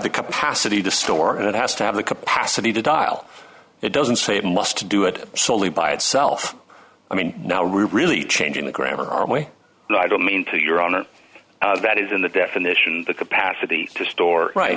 the capacity to store and it has to have the capacity to dial it doesn't say it must do it solely by itself i mean no really changing the grammar away and i don't mean to your on it that is in the definition the capacity to store right